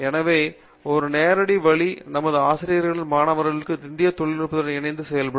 எனவே ஒரு நேரடி வழி நமது ஆசிரியர்களும் மாணவர்களும் இந்திய தொழில்துறையுடன் இணைந்து செயல்படும்